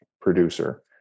producer